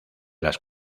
las